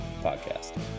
Podcast